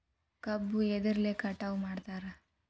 ಕಬ್ಬು ಎದ್ರಲೆ ಕಟಾವು ಮಾಡ್ತಾರ್?